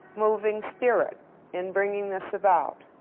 moving spirit in bringing this about.